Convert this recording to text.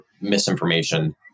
misinformation